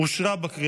לוועדה